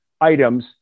items